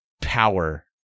power